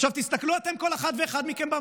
עכשיו, הסתכלו אתם במראה, כל אחד ואחד מכם.